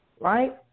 right